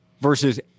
versus